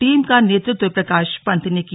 team का नेतृत्व प्रकाश पंत ने किया